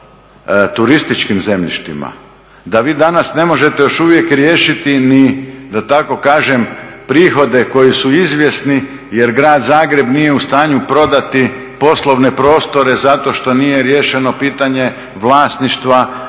o turističkim zemljištima, da vi danas ne možete još uvijek riješiti ni da tako kažem prihode koji su izvjesni jer Grad Zagreb nije u stanju prodati poslovne prostore zato što nije riješeno pitanje vlasništva